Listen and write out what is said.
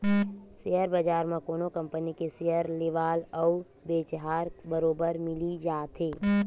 share बजार म कोनो कंपनी के सेयर लेवाल अउ बेचहार बरोबर मिली जाथे